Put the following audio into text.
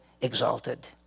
exalted